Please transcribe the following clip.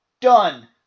Done